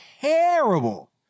terrible